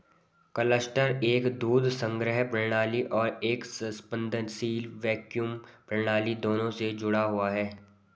cluster एक दूध संग्रह प्रणाली और एक स्पंदनशील वैक्यूम प्रणाली दोनों से जुड़ा हुआ है